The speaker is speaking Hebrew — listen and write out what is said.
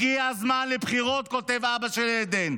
הגיע הזמן לבחירות, כותב אבא של עדן.